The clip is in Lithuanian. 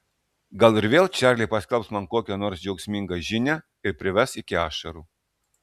gal ir vėl čarli paskelbs man kokią nors džiaugsmingą žinią ir prives iki ašarų